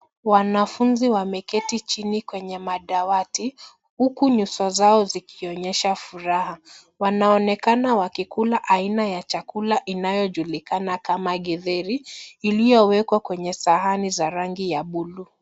Wanafunzi wameketi chini kwenye madawati, huku nyuso zao zikionyesha furaha. Wanaonekana wakikula aina ya chakula inayojulikana kama githeri, iliyowekwa kwenye sahani za rangi ya buluu.